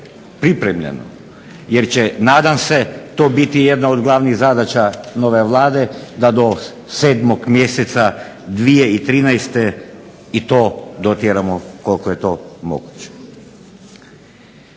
pripremljeno jer će nadam se to biti jedna od glavnih zadaća nove Vlade da do 7. mjeseca 2013. i to dotjeramo koliko je to moguće.